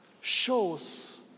shows